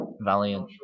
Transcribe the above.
Valiant